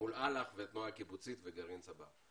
מול אל"ח, התנועה הקיבוצית וגרעין צבר.